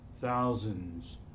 thousands